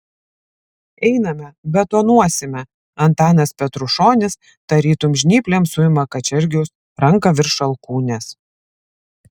einame betonuosime antanas petrušonis tarytum žnyplėm suima kačergiaus ranką virš alkūnės